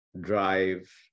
drive